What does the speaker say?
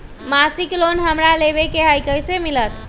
मासिक लोन हमरा लेवे के हई कैसे मिलत?